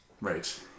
Right